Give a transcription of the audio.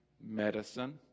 medicine